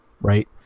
right